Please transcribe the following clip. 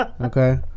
Okay